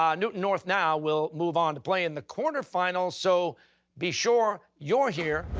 um newton north now will move on to play in the quarterfinals. so be sure you're here,